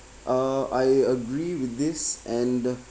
uh I agree with this and the